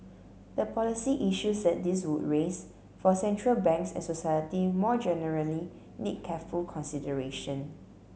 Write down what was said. the policy issues that this would raise for central banks and society more generally need careful consideration